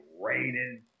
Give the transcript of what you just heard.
raining